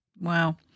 Wow